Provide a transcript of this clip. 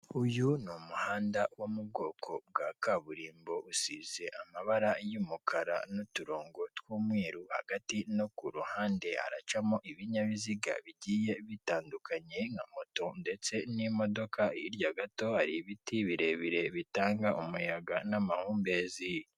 Uyu ni umuhanda wo m'ubwoko bwa kaburimbo usize amabara y'umukara n'uturongo tw'umweru hagati no k'uruhande haracamo ibinyabiziga bigiye bitandukanye nka moto ndetse n'imodoka, hirya gato hari ibiti birerebire bitanga umuyaga n'amahumbezi.